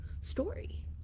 story